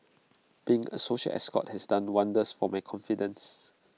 being A social escort has done wonders for my confidence